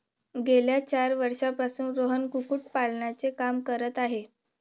गेल्या चार वर्षांपासून रोहन कुक्कुटपालनाचे काम करत आहे